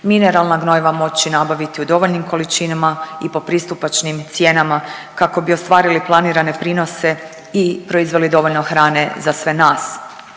mineralna gnojiva moći nabaviti u dovoljnim količinama i po pristupačnim cijenama kako bi ostvarili planirane prinose i proizveli dovoljno hrane za sve nas.